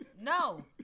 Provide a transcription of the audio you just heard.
No